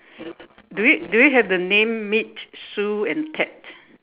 do you do you have the name meet Sue and Ted